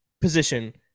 position